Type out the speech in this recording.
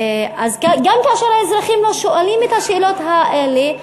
גם כאשר האזרחים לא שואלים את השאלות האלה,